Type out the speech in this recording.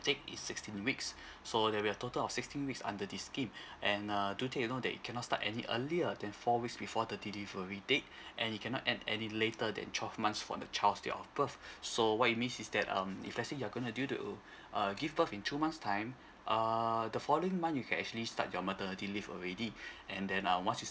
take is sixteen weeks so there'll be a total of sixteen weeks under this scheme and uh do take note that you cannot start any earlier than four weeks before the delivery date and you cannot end any later than twelve months from the child's date of birth so what it means is that um if let's say you're going to due to uh give birth in two months' time err the following month you can actually start your maternity leave already and then uh once you